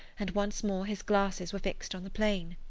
and once more his glasses were fixed on the plain.